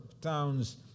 towns